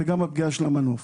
וגם הפגיעה של המנוף.